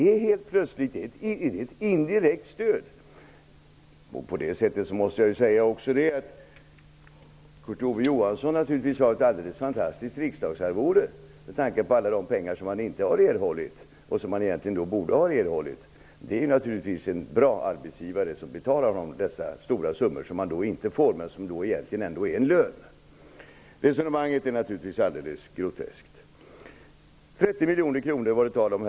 Om man tänker så, kan jag säga att Kurt Ove Johansson naturligtvis har ett alldeles fantastiskt riksdagsarvode, med tanke på alla pengar som han inte har erhållit men som han borde ha erhållit. Det är en bra arbetsgivare som betalar honom dessa stora summor som han inte får, men som egentligen är en lön. Resonemanget är naturligtvis alldeles groteskt. 30 miljoner kronor var det tal om.